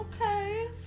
Okay